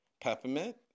peppermint